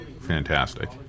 fantastic